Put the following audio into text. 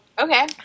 okay